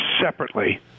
separately